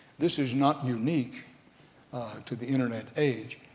this is not unique to the internet age.